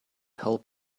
help